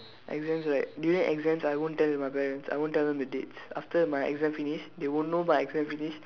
exams right during exams I won't tell my parents I won't tell them the dates after my exam finish they will know my exam finish